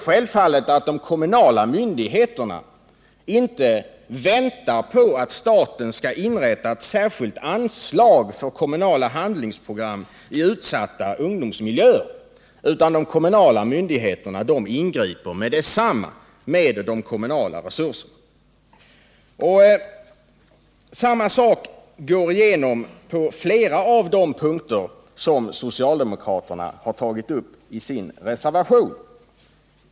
Självfallet väntar inte de kommunala myndigheterna på att staten skall inrätta ett särskilt anslag för kommunala handlingsprogram i utsatta ungdomsmiljöer, utan de kommunala myndigheterna ingriper omedelbart med tillgängliga resurser. Samma sak går igen på flera av de punkter som socialdemokraterna har tagit uppi sin reservation.